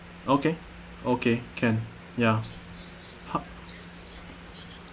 okay okay can ya how